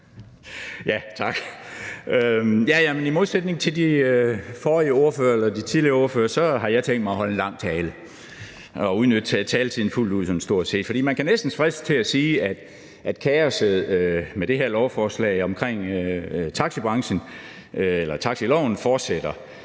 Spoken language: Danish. I modsætning til de tidligere ordførere har jeg tænkt mig at holde en lang tale og udnytte taletiden fuldt ud, sådan stort set. For man kan næsten fristes til at sige, at kaosset med det her lovforslag omkring taxibranchen, taxiloven,